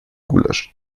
gulasch